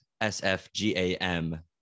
S-F-G-A-M